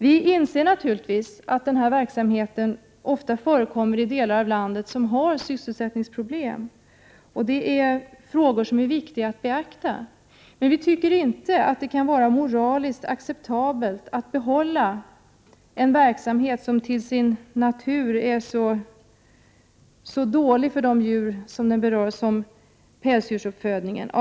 Vi inser naturligtvis att denna verksamhet ofta förekommer i delar av landet som har sysselsättningsproblem; detta är viktigt att beakta. Men det kan inte vara moraliskt acceptabelt att av sysselsättningsskäl behålla en verksamhet där djuren far så illa som de gör vid pälsdjursuppfödningen.